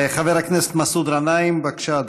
חבר הכנסת מסעוד גנאים, בבקשה,